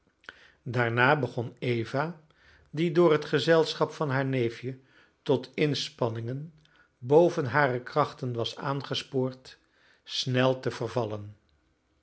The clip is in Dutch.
daarna begon eva die door het gezelschap van haar neefje tot inspanningen boven hare krachten was aangespoord snel te vervallen